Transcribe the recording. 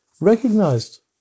recognized